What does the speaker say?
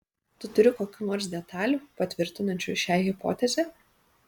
tu turi kokių nors detalių patvirtinančių šią hipotezę